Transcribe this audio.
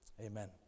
Amen